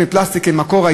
שמה,